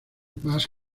más